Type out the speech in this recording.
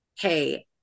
Hey